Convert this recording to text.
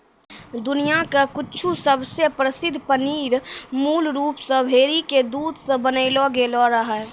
दुनिया के कुछु सबसे प्रसिद्ध पनीर मूल रूप से भेड़ी के दूध से बनैलो गेलो रहै